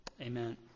amen